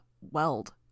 Weld